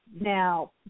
Now